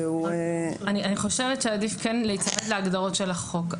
אני חושבת שעדיף כן להיצמד להגדרות של החוק.